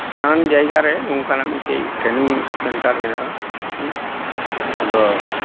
ᱱᱟᱱᱟ ᱡᱟᱭᱜᱟ ᱨᱮ ᱱᱚᱝᱠᱟᱱᱟᱜ ᱢᱤᱫᱴᱮᱡ ᱴᱨᱮᱱᱤᱝ ᱥᱮᱱᱴᱟᱨ ᱢᱮᱱᱟᱜᱼᱟ ᱦᱩᱸ ᱟᱫᱚ